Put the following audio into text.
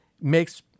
makes